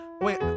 Wait